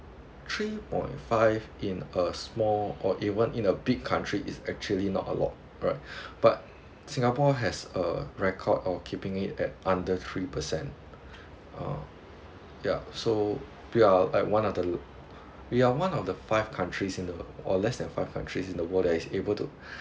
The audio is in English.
three point five in a small or even in a big country is actually not a lot alright but singapore has a record of keeping at under three percent uh ya so we are at one of the l~ we are one of the five countries in the or less than five countries in the world that is able to